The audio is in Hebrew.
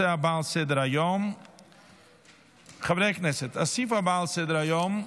11 בעד, אפס מתנגדים, אפס נמנעים.